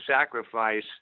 sacrifice